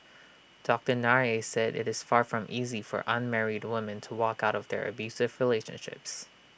doctor Nair said IT is far from easy for unmarried women to walk out of their abusive relationships